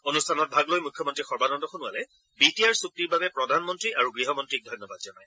অনুষ্ঠানত ভাগ লৈ মুখ্যমন্তী সৰ্বানন্দ সোণোৱালে বি টি আৰ চূক্তিৰ বাবে প্ৰধানমন্তী আৰু গৃহমন্তীক ধন্যবাদ জনায়